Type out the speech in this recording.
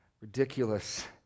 ridiculous